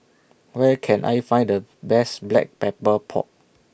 Where Can I Find The Best Black Pepper Pork